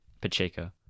Pacheco